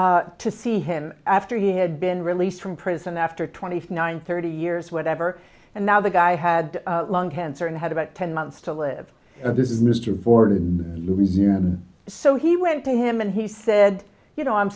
went to see him after he had been released from prison after twenty one thirty years whatever and now the guy had lung cancer and had about ten months to live and this is mr ford so he went to him and he said you know i'm